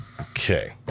Okay